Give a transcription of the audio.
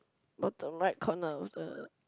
bottom right corner of the